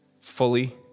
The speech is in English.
fully